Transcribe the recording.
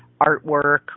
artwork